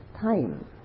time